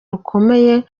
rukomeye